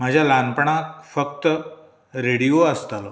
म्हाज्या ल्हानपणांत फक्त रेडियो आसतालो